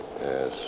Yes